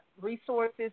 resources